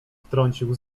wtrącił